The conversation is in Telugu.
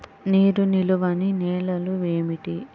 నీరు నిలువని నేలలు ఏమిటి?